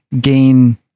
gain